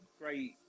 great